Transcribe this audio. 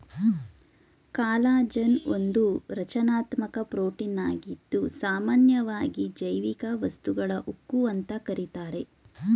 collagen ಒಂದು ರಚನಾತ್ಮಕ ಪ್ರೋಟೀನಾಗಿದ್ದು ಸಾಮನ್ಯವಾಗಿ ಜೈವಿಕ ವಸ್ತುಗಳ ಉಕ್ಕು ಅಂತ ಕರೀತಾರೆ